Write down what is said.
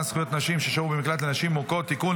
(זכויות נשים ששהו במקלט לנשים מוכות) (תיקון,